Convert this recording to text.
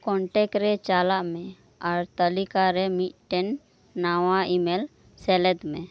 contact ᱨᱮ ᱪᱟᱞᱟᱜ ᱢᱮ ᱟᱨ ᱛᱟᱞᱤᱠᱟ ᱨᱮ ᱢᱤᱫᱴᱟᱝ ᱱᱟᱣᱟ ᱤᱼᱢᱮᱞ ᱥᱮᱞᱮᱫᱽ ᱢᱮ